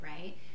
right